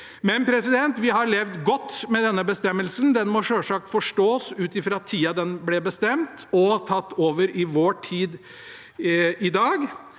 Den norske kirke. Vi har levd godt med denne bestemmelsen. Den må selvsagt forstås ut fra den tida den ble bestemt, og tatt over i vår tid i dag.